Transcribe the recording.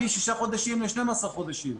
משישה חודשים ל- 12 חודשים.